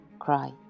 cry